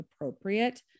appropriate